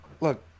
look